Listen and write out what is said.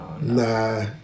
Nah